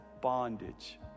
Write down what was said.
bondage